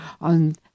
on